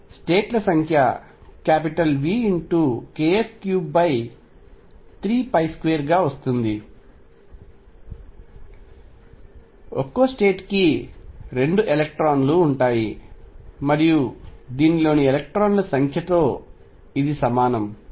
state ల సంఖ్య VkF332 గా వస్తుంది ఒక్కో స్టేట్ కి 2 ఎలక్ట్రాన్లు ఉంటాయి మరియు దీనిలోని ఎలక్ట్రాన్ల సంఖ్యతో ఇది సమానం